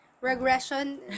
Regression